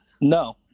No